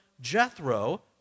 Jethro